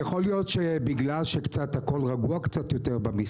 יכול להיות שבגלל שקצת הכול רגוע יותר במשרד,